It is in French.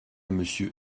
monsieur